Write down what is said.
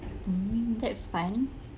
hmm that's fun